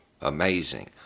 Amazing